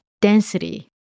density